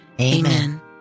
Amen